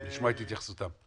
נשמע את התייחסותם.